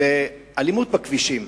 לאלימות בכבישים.